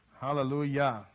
Hallelujah